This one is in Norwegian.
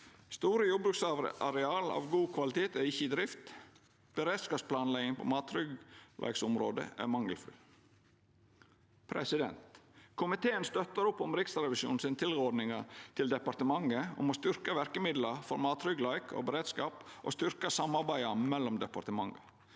Store jordbruksareal av god kvalitet er ikkje i drift. Beredskapsplanlegginga på mattryggleiksområdet er mangelfull. Komiteen støttar opp om Riksrevisjonens tilrådingar til departementa om å styrkja verkemidla for mattryggleik og beredskap og å styrkja samarbeidet mellom departementa.